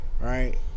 Right